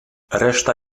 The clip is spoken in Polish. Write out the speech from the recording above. reszta